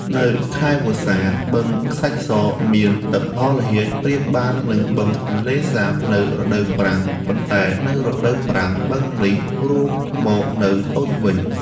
នៅខែវស្សា បឹងខ្សាច់ស មានទឹកល្ហល្ហាចប្រៀបបាននឹងបឹងទន្លេសាបនៅរដូវប្រាំង ប៉ុន្តែនៅរដូវប្រាំង បឹងនេះរួមមកនៅតូចវិញ។